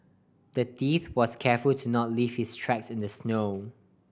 the thief was careful to not leave his tracks in the snow